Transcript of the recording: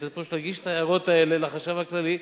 היית צריך פשוט להגיש את ההערות האלה לחשב הכללי.